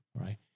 right